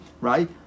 right